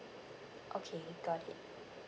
okay got it